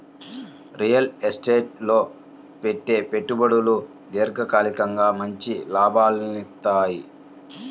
real estate లో పెట్టే పెట్టుబడులు దీర్ఘకాలికంగా మంచి లాభాలనిత్తయ్యి